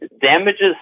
damages